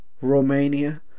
Romania